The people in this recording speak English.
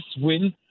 win